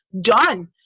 Done